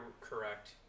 correct